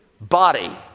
body